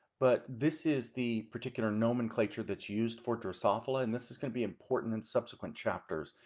but this is the particular nomenclature that's used for drosophila. and this is going to be important in subsequent chapters,